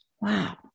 Wow